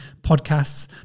podcasts